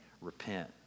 repent